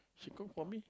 she cook for me